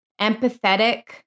empathetic